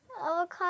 Avocado